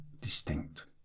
distinct